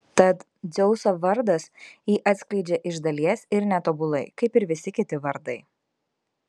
tad dzeuso vardas jį atskleidžia iš dalies ir netobulai kaip ir visi kiti vardai